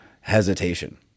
hesitation